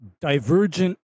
divergent